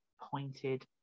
pointed